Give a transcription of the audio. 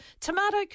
tomato